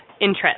interest